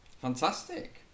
Fantastic